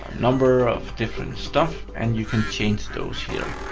number of different stuff and you can change those here.